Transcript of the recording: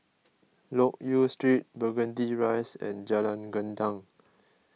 Loke Yew Street Burgundy Rise and Jalan Gendang